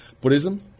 Buddhism